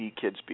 kids